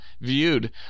viewed